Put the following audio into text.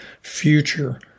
future